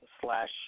slash